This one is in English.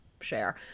share